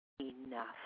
enough